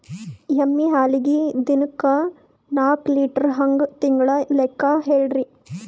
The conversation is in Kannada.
ಎಮ್ಮಿ ಹಾಲಿಗಿ ದಿನಕ್ಕ ನಾಕ ಲೀಟರ್ ಹಂಗ ತಿಂಗಳ ಲೆಕ್ಕ ಹೇಳ್ರಿ?